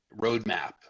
roadmap